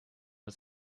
met